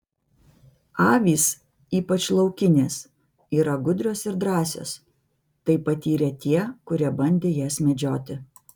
avys ypač laukinės yra gudrios ir drąsios tai patyrė tie kurie bandė jas medžioti